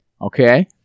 Okay